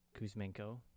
Kuzmenko